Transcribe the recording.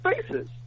spaces